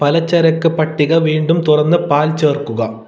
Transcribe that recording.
പലചരക്ക് പട്ടിക വീണ്ടും തുറന്ന് പാൽ ചേർക്കുക